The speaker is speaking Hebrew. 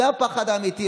זה הפחד האמיתי.